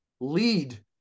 lead